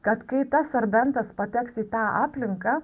kad kai tas sorbentas pateks į tą aplinką